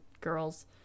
girls